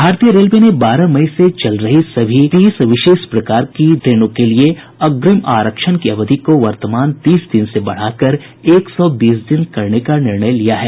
भारतीय रेलवे ने बारह मई से चल रही सभी तीस विशेष प्रकार की ट्रेनों के लिए अग्रिम आरक्षण की अवधि को वर्तमान तीस दिन से बढ़ाकर एक सौ बीस दिन करने का निर्णय लिया है